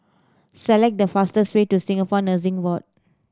select the fastest way to Singapore Nursing Board